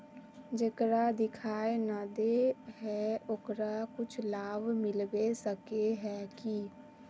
जेकरा दिखाय नय दे है ओकरा कुछ लाभ मिलबे सके है की?